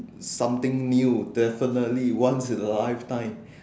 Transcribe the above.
something new definitely once in a life time